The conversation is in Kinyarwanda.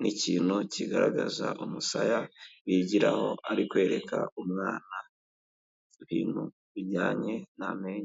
n'ikintu kigaragaza umusaya bigiraho ari kwereka umwana ibintu bijyanye n'amenyo.